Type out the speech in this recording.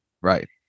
Right